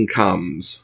comes